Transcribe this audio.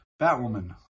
Batwoman